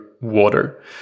water